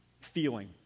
feeling